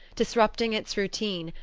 disrupting its routine,